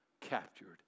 captured